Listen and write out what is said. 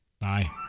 bye